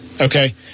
Okay